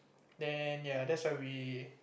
then ya that's where we